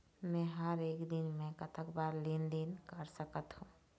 मे हर एक दिन मे कतक बार लेन देन कर सकत हों?